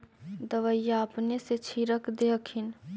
दबइया अपने से छीरक दे हखिन?